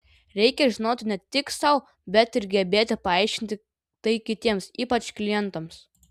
reikia žinoti ne tik sau bet ir gebėti paaiškinti tai kitiems ypač klientams